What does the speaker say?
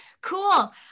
Cool